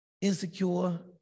insecure